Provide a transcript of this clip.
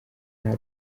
nta